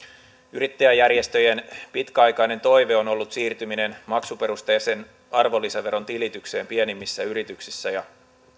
yrittäjäjärjestöjen pitkäaikainen toive on ollut siirtyminen maksuperusteiseen arvonlisäveron tilitykseen pienimmissä yrityksissä ja